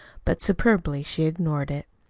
but superbly she ignored it.